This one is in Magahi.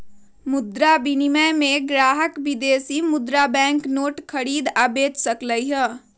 मुद्रा विनिमय में ग्राहक विदेशी मुद्रा बैंक नोट खरीद आ बेच सकलई ह